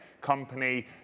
company